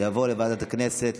כספים?